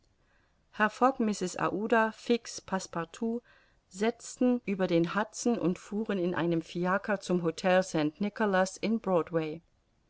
mrs aouda fix passepartout setzten über den hudson und fuhren in einem fiaker zum htel st nicolas in